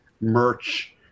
merch